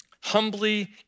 Humbly